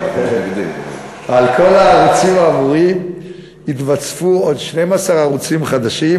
על כל הערוצים האמורים יתווספו עוד 12 ערוצים חדשים,